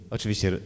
Oczywiście